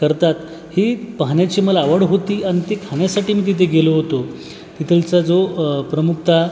करतात ही पाहण्याची मला आवड होती आणि ती खाण्यासाठी मी तिथे गेलो होतो तिकडचा जो प्रमुखता